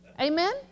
Amen